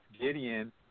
Gideon